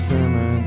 Simmer